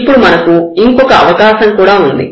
ఇప్పుడు మనకు ఇంకొక అవకాశం కూడా ఉంది